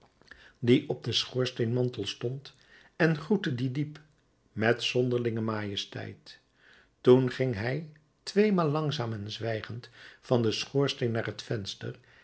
die op den schoorsteenmantel stond en groette die diep met zonderlinge majesteit toen ging hij tweemaal langzaam en zwijgend van den schoorsteen naar het venster